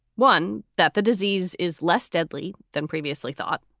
one, that the disease is less deadly than previously thought,